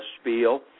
spiel